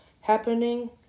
happening